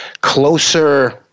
closer